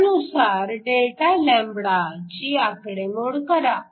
त्यानुसार Δλ ची आकडेमोड करा